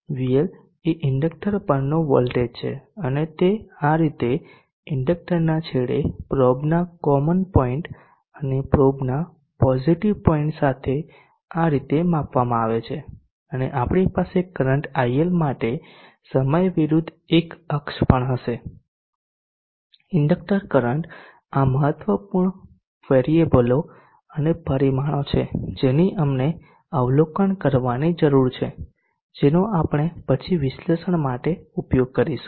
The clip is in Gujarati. VL એ ઇન્ડક્ટર પરનો વોલ્ટેજ છે અને તે આ રીતે ઇન્ડેક્ટરના છેડે પ્રોબના કોમન પોઈન્ટ અને પ્રોબના પોઝીટીવ પોઈન્ટ સાથે આ રીતે માપવામાં આવે છે અને આપણી પાસે કરંટ IL માટે સમય વિરુદ્ધ એક અક્ષ પણ હશે ઇન્ડકટર કરંટ આ મહત્વપૂર્ણ વેરીયબલો અને પરિમાણો છે જેની અમને અવલોકન કરવાની જરૂર છે જેનો આપણે પછી વિશ્લેષણ માટે ઉપયોગ કરીશું